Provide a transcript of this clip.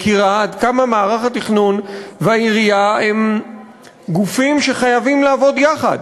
מכירה עד כמה מערך התכנון והעירייה הם גופים שחייבים לעבוד יחד.